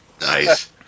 Nice